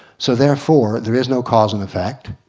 so therefore there is no cause and effect.